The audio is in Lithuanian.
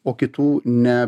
o kitų ne